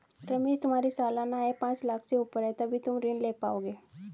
रमेश तुम्हारी सालाना आय पांच लाख़ से ऊपर है तभी तुम ऋण ले पाओगे